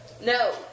No